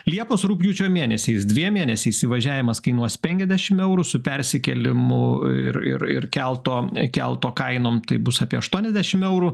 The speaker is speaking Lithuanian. liepos rugpjūčio mėnesiais dviem mėnesiais įvažiavimas kainuos penkiasdešimt eurų su persikėlimu ir ir ir kelto kelto kainom tai bus apie aštuoniasdešimt eurų